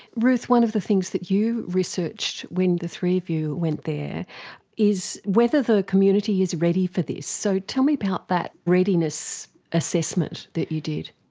ruth, one of the things that you researched when the three of you went there is whether the community is ready for this. so tell me about that readiness assessment that you did?